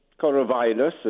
coronavirus